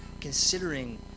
considering